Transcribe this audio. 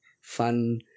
fun